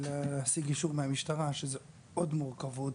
להשיג אישור מהמשטרה שזה עוד מורכבות.